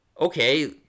Okay